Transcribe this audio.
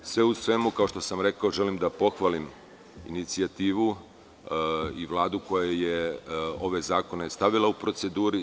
Sve u svemu, kao što sam rekao, želim da pohvalim inicijativu i Vladu koja je ove zakone stavila u proceduru.